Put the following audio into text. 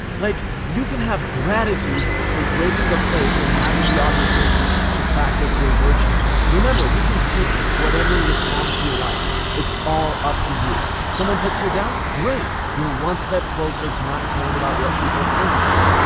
like, you can have gratitude for breaking the plates and having the opportunity to practice your virtue. remember you can pick whatever response you like. it's all up to you. someone puts you down? great! you're one step closer to not caring about what people think of you.